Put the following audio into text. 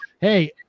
hey